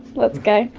let's go.